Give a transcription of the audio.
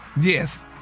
Yes